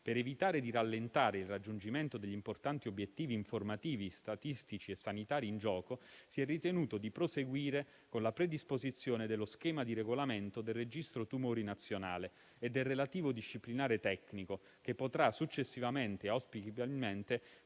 Per evitare di rallentare il raggiungimento degli importanti obiettivi informativi, statistici e sanitari in gioco, si è ritenuto di proseguire con la predisposizione dello schema di regolamento del registro tumori nazionale e del relativo disciplinare tecnico, che potrà successivamente e auspicabilmente